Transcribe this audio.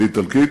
באיטלקית,